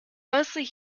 mostly